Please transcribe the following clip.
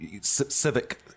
civic